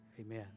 Amen